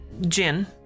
gin